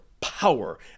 power